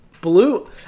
Blue